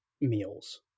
meals